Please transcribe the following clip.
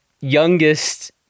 youngest